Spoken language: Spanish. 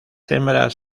hembras